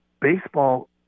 baseball